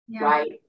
right